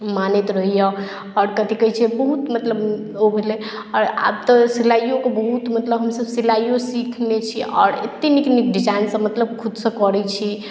मानैत रहैए आओर कथी कहैत छै बहुत मतलब ओ भेलै आओर आब तऽ सिलाइओके बहुत मतलब हमसभ सिलाइओ सिखने छी आओर एतेक नीक नीक डिजाइनसभ मतलब खुदसँ करैत छी